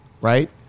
right